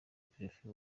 perefe